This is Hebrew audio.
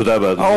תודה רבה, אדוני.